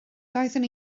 doeddwn